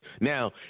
Now